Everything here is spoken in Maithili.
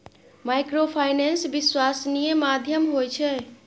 माइक्रोफाइनेंस विश्वासनीय माध्यम होय छै?